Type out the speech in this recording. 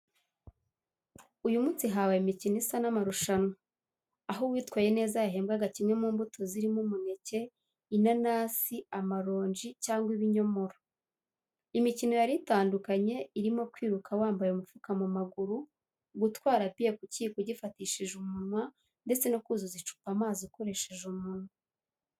Uyu munsi habaye imikino isa n’amarushanwa, aho uwitwaye neza yahembwaga kimwe mu mbuto zirimo umuneke, inanasi, amaronji cyangwa ibinyomoro. Imikino yari itandukanye, irimo kwiruka wambaye umufuka mu maguru, gutwara biye ku kiyiko ugifatishije umunwa, ndetse no kuzuza icupa amazi ukoresheje umunwa.